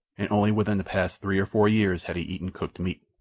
and only within the past three or four years had he eaten cooked meat.